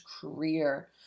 career